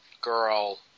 Girl